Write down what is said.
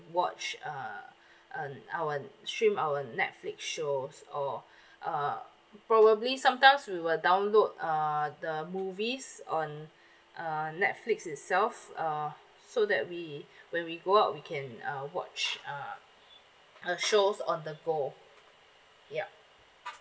watch uh uh our stream our netflix shows or uh probably sometimes we will download uh the movies on uh netflix itself uh so that we when we go out we can uh watch uh uh shows on the go yup